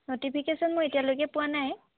notification মই এতিয়ালৈকে পোৱা নাই